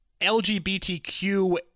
LGBTQ